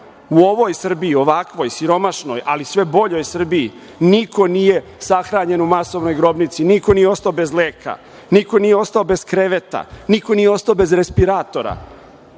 U ovoj Srbiji, ovakvoj, siromašnoj, ali sve boljoj Srbiji, niko nije sahranjen u masovnoj grobnici, niko nije ostao bez leka, niko nije ostao bez kreveta, niko nije ostao bez respiratora.